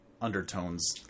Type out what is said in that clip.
undertones